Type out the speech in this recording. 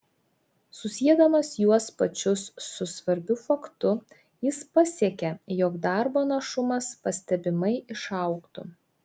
susiedamas juos pačius su svarbiu faktu jis pasiekė jog darbo našumas pastebimai išaugtų